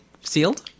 sealed